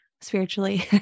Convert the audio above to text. spiritually